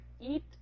eat